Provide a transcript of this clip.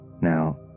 Now